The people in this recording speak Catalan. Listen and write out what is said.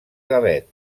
gavet